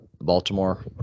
Baltimore